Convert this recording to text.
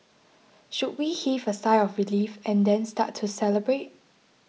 should we heave a sigh of relief and then start to celebrate